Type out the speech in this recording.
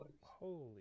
Holy